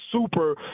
super